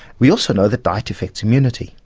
we also know that diet affects immunity.